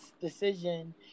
decision